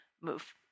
move